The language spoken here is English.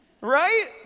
Right